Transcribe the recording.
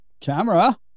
camera